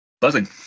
Buzzing